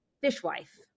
Fishwife